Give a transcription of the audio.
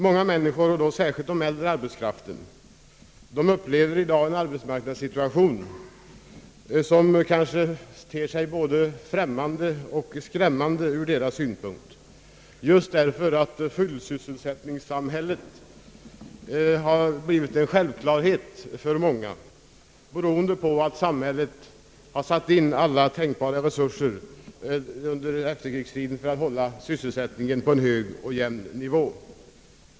Många människor, särskilt de äldre, upplever i dag en arbetsmarknadssituation som ter sig både främmande och skrämmande därför att fullsysselsättningssamhället blivit en självklarhet för många, beroende på att samhället satt in alla tänkbara resurser under efterkrigstiden för att hålla sysselsättningen på en hög och jämn nivå.